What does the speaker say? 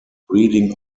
breeding